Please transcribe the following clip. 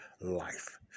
life